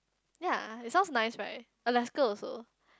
ya it sounds nice right Alaska also